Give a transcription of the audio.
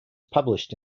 published